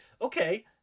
okay